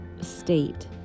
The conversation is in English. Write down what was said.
state